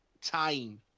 time